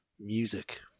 music